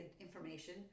information